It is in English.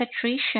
Patricia